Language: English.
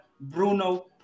Bruno